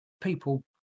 people